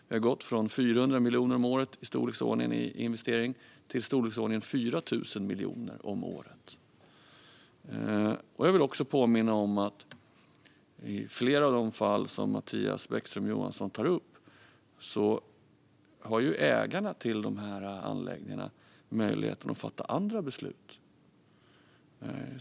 Vi har gått från i storleksordningen 400 miljoner om året i investeringar till i storleksordningen 4 000 miljoner om året. Jag vill också påminna om att i flera av de fall som Mattias Bäckström Johansson tar upp har ägarna till anläggningarna möjlighet att fatta andra beslut.